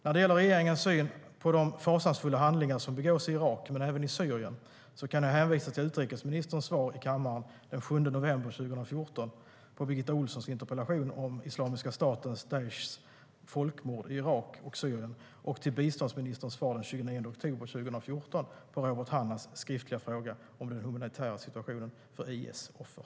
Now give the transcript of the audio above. När det gäller regeringens syn på de fasansfulla handlingar som begås i Irak, men även i Syrien, kan jag hänvisa till utrikesministerns svar i kammaren den 7 november 2014 på Birgitta Ohlssons interpellation om Islamiska statens/Daeshs folkmord i Irak och Syrien och till biståndsministerns svar den 29 oktober 2014 på Robert Hannahs skriftliga fråga om den humanitära situationen för IS offer.